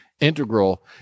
integral